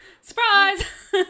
Surprise